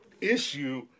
issue